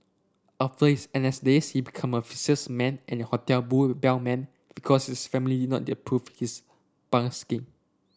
after his N S days he became a salesman and hotel bull bellman because his family did not approve his